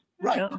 Right